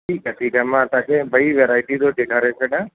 ठीकु आहे ठीकु आहे मां तव्हांखे ॿई वैराइटी थो ॾेखारे छॾियां